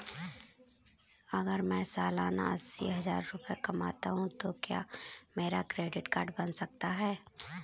अगर मैं सालाना अस्सी हज़ार रुपये कमाता हूं तो क्या मेरा क्रेडिट कार्ड बन सकता है?